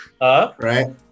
Right